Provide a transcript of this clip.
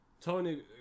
tony